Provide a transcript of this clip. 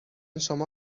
شما